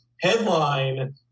headline